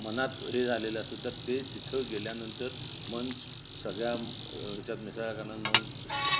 मनात हे झालेलं असतं तर ते तिथं गेल्यानंतर मन सगळ्या ह्याच्यात मिसाळ कारण मन